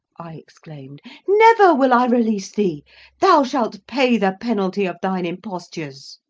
i exclaimed never will i release thee thou shalt pay the penalty of thine impostures.